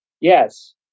yes